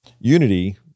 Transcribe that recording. Unity